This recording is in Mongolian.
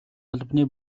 албаны